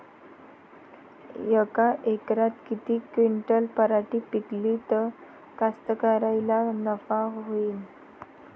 यका एकरात किती क्विंटल पराटी पिकली त कास्तकाराइले नफा होईन?